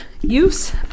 Use